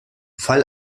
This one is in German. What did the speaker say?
fall